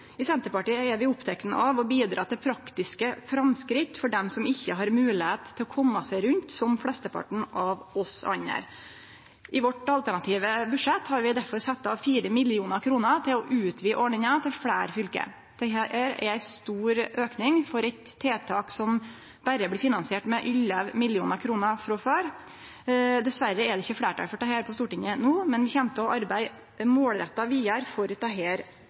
I Senterpartiet er vi opptekne av å bidra til praktiske framsteg for dei som ikkje har moglegheit til å kome seg rundt, som flesteparten av oss andre. I vårt alternative budsjett har vi derfor sett av 4 mill. kr til å utvide ordninga til fleire fylke. Dette er ein stor auke for eit tiltak som berre blir finansiert med 11 mill. kr frå før. Dessverre er det ikkje fleirtal for dette på Stortinget no, men vi kjem til å arbeide målretta vidare for